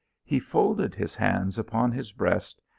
he folded his hands upon his breast,